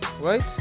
right